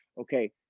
okay